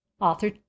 author